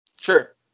Sure